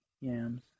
yams